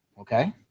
okay